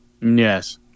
yes